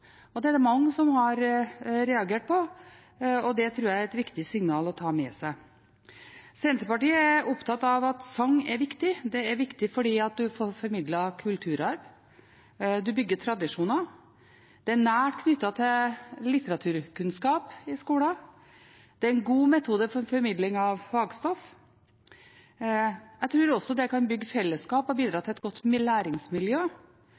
Det er det mange som har reagert på, og det tror jeg er et viktig signal å ta med seg. Senterpartiet er opptatt av sang og mener det er viktig. Det er viktig fordi man formidler kulturarv og bygger tradisjoner. Det er nært knyttet til litteraturkunnskap i skolen, og det er en god metode for formidling av fagstoff. Jeg tror også det kan bygge fellesskap og bidra til et godt læringsmiljø,